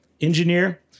Engineer